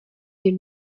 den